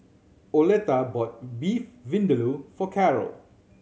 Oleta bought Beef Vindaloo for Carroll